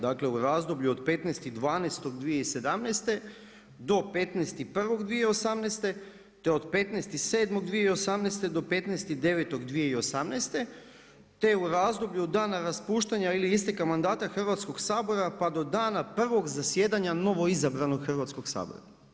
Dakle u razdoblju od 15.12.2017. do 15.01.2018. te od 15.07.2018. do 15.09.2018. te u razdoblju od dana raspuštanja ili isteka mandata Hrvatskoga sabora pa do dana prvog zasjedanja novoizabranog Hrvatskoga sabora.